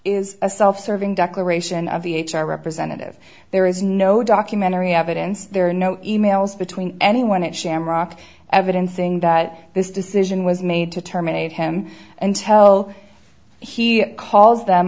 is a self serving declaration of the h r representative there is no documentary evidence there are no e mails between anyone at shamrock evidencing that this decision was made to terminate him and tell he calls them